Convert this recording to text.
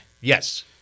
Yes